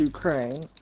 Ukraine